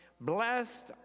Blessed